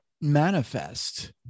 manifest